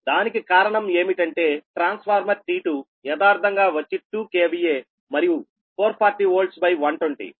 దానికి కారణం ఏమిటంటే ట్రాన్స్ఫార్మర్ T2 యదార్ధంగా వచ్చి 2 KVA మరియు 440V120